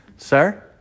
Sir